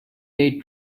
date